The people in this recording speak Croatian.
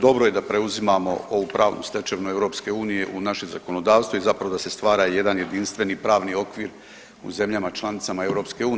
Dobro je da preuzimamo ovu pravnu stečevinu EU u naše zakonodavstvo i zapravo da se stvara jedan jedinstveni pravni okvir u zemljama članicama EU.